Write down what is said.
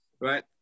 Right